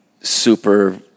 super